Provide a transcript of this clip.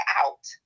out